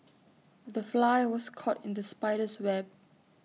the fly was caught in the spider's web